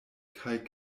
kaj